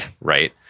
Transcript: right